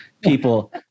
people